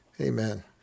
Amen